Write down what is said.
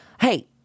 hey